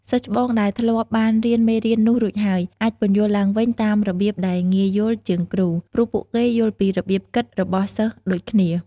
សិស្សច្បងដែលធ្លាប់បានរៀនមេរៀននោះរួចហើយ អាចពន្យល់ឡើងវិញតាមរបៀបដែលងាយយល់ជាងគ្រូ ព្រោះពួកគេយល់ពីរបៀបគិតរបស់សិស្សដូចគ្នា។